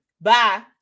Bye